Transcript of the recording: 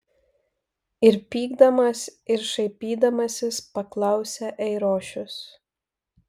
ir pykdamas ir šaipydamasis paklausė eirošius